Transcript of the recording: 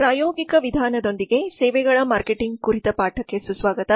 ಪ್ರಾಯೋಗಿಕ ವಿಧಾನದೊಂದಿಗೆ ಸೇವೆಗಳ ಮಾರ್ಕೆಟಿಂಗ್ ಕುರಿತು ಪಾಠಕ್ಕೆ ಸುಸ್ವಾಗತ